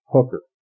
Hooker